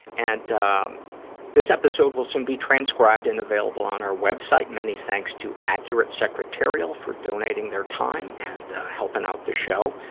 and um this episode will soon be transcribed and available on our web site. many thanks to accurate secretarial for donating their time and helping out the show